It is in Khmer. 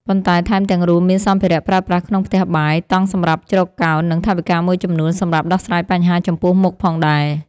ប៉ុន្តែថែមទាំងរួមមានសម្ភារៈប្រើប្រាស់ក្នុងផ្ទះបាយ តង់សម្រាប់ជ្រកកោន និងថវិកាមួយចំនួនសម្រាប់ដោះស្រាយបញ្ហាចំពោះមុខផងដែរ។